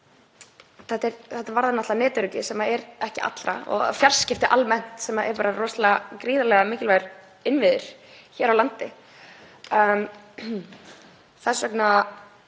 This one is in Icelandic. Þetta varðar náttúrlega netöryggi, sem er ekki allra, og fjarskipti almennt, sem eru bara gríðarlega mikilvægir innviðir hér á landi. Þess vegna